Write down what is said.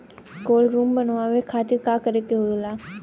Cold room बनावे खातिर का करे के होला?